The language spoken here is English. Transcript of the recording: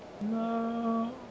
No